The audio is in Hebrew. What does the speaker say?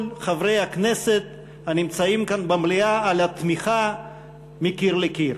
חברי הכנסת הנמצאים כאן במליאה על התמיכה מקיר לקיר,